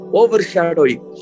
overshadowing